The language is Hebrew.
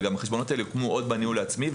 אבל החשבונות האלו הוקמו עוד בניהול העצמי,